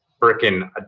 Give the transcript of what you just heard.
freaking